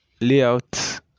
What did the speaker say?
layout